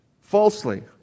falsely